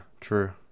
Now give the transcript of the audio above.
true